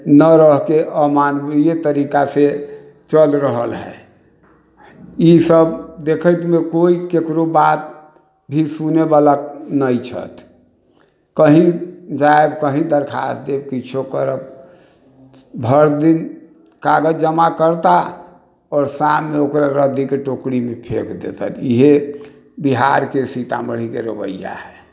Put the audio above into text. ना रहके अमानवीय तरीका से चल रहल है इसब देखैत मे कोइ केकरो बात भी सुनय बला नहि छथि कहीं जायब कहीं दरखास्त देब किछो करब भर दिन कागज जमा करता आओर शाम मे ओकरा रदद्दी के टोकरी मे फेंक देतैत इहे बिहार के सीतामढ़ी के रवैया है